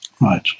Right